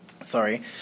sorry